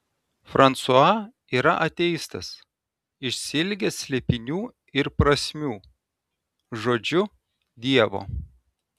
fransua yra ateistas išsiilgęs slėpinių ir prasmių žodžiu dievo